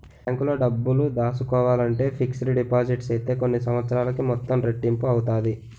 బ్యాంకులో డబ్బులు దాసుకోవాలంటే ఫిక్స్డ్ డిపాజిట్ సేత్తే కొన్ని సంవత్సరాలకి మొత్తం రెట్టింపు అవుతాది